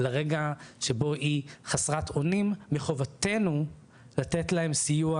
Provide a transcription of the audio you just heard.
לרגע שבו היא חסרת אונים, מחובתנו לתת להם סיוע